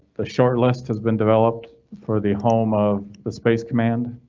the short list has been developed for the home of the space command.